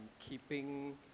keeping